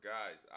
Guys